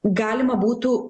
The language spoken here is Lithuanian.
galima būtų